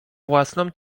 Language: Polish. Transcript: własną